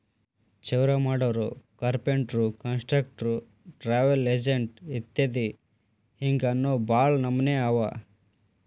ಚೌರಾಮಾಡೊರು, ಕಾರ್ಪೆನ್ಟ್ರು, ಕಾನ್ಟ್ರಕ್ಟ್ರು, ಟ್ರಾವಲ್ ಎಜೆನ್ಟ್ ಇತ್ಯದಿ ಹಿಂಗ್ ಇನ್ನೋ ಭಾಳ್ ನಮ್ನೇವ್ ಅವ